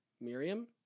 Miriam